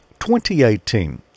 2018